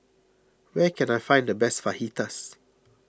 where can I find the best Fajitas